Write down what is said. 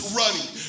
running